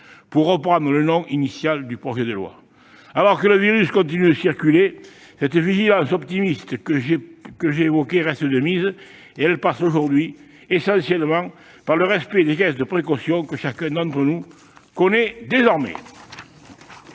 pour reprendre le nom initial du projet de loi. Alors que le virus continue de circuler, cette vigilance optimiste que j'évoquais reste de mise. Aujourd'hui, elle passe essentiellement par le respect des gestes de précaution que chacun d'entre nous connaît désormais.